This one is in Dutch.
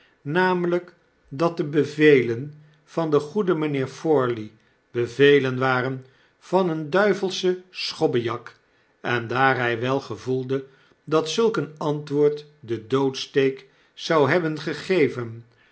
namelyk dat de bevelen van den goeden mijnheer forley bevelen waren van een duivelschen schobbejak en daar hy wel gevoelde dat zulk een antwoord den doodsteek zou hebben gegeven